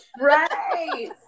Right